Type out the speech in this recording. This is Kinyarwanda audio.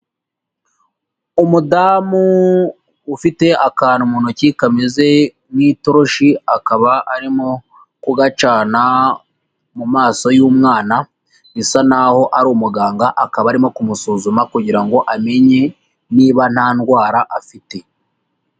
Umudamu ufite akantu mu ntoki kameze nk'itoroshi, akaba arimo kugacana mu maso y'umwana, bisa n'aho ari umuganga, akaba arimo kumusuzuma kugira ngo amenye niba nta ndwara afite.